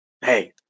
Hey